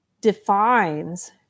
defines